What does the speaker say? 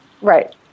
Right